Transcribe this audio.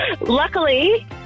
Luckily